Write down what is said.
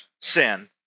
sin